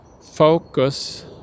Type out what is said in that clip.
focus